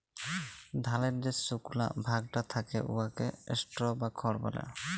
ধালের যে সুকলা ভাগটা থ্যাকে উয়াকে স্ট্র বা খড় ব্যলে